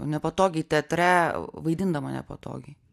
nepatogiai teatre vaidindama nepatogiai